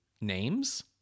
names